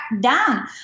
down